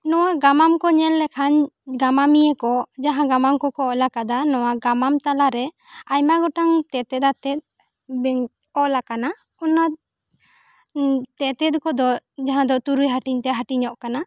ᱱᱚᱣᱟ ᱜᱟᱢᱟᱢ ᱠᱚ ᱧᱮᱞ ᱞᱮᱠᱷᱟᱱ ᱜᱟᱢᱟᱢᱤᱭᱟᱹ ᱠᱚ ᱡᱟᱦᱟᱸ ᱜᱟᱢᱟᱢ ᱠᱚᱠᱚ ᱚᱞ ᱟᱠᱟᱫᱟ ᱱᱚᱣᱟ ᱜᱟᱢᱟᱢ ᱛᱟᱞᱟ ᱨᱮ ᱟᱭᱢᱟ ᱜᱚᱴᱟᱝ ᱛᱮᱛᱮᱫ ᱟᱛᱮᱜ ᱵᱤᱱ ᱚᱞ ᱟᱠᱟᱱᱟ ᱚᱱᱟ ᱛᱮᱛᱮᱫ ᱠᱚᱫᱚ ᱡᱟᱦᱟᱸ ᱫᱚ ᱛᱩᱨᱩᱭ ᱦᱟᱹᱴᱤᱧ ᱛᱮ ᱦᱟᱹᱴᱤᱧᱚᱜ ᱠᱟᱱᱟ